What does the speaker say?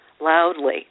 loudly